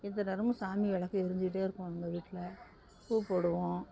எந்த நேரமும் சாமி விளக்கு எரிஞ்சுக்கிட்டே இருக்கும் எங்க வீட்டில் பூ போடுவோம்